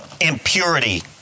Impurity